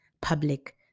public